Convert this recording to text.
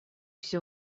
все